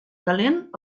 calent